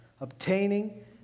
obtaining